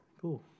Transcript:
Cool